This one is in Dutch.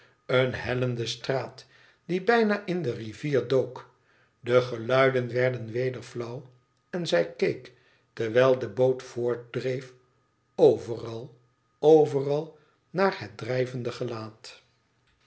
eene hellende straat die bijna in de rivier dook de geluiden werden weder flauw en zij keek terwijl de boot voordreef overal overal naar het drijvende gelaat